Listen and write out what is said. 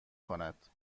کند